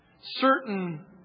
certain